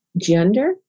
gender